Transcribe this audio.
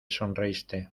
sonreíste